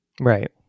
Right